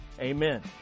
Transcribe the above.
amen